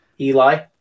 Eli